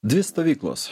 dvi stovyklos